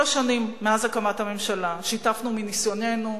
כל השנים, מאז הקמת הממשלה, שיתפנו מניסיוננו,